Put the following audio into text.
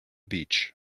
beach